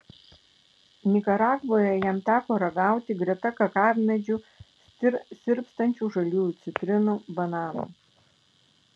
nikaragvoje jam teko ragauti greta kakavmedžių sirpstančių žaliųjų citrinų bananų